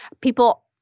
people